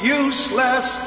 useless